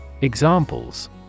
Examples